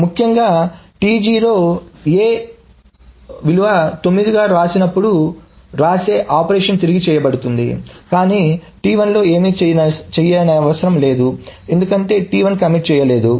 కాబట్టి ముఖ్యంగా ఈ write T0 A 9 ఆపరేషన్ తిరిగి చేయబడుతోంది కానీ T1 లో ఏమీ చేయనవసరం లేదు ఎందుకంటే T1 కమిట్ చేయలేదు